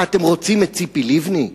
מה אתם רוצים, את ציפי לבני?